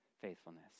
faithfulness